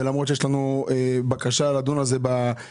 ולמרות שיש לנו בקשה לדון על זה במליאה.